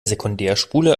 sekundärspule